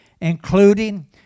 including